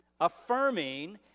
affirming